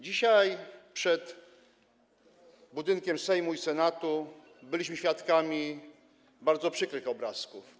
Dzisiaj przed budynkiem Sejmu i Senatu byliśmy świadkami bardzo przykrych obrazków.